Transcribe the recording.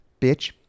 Bitch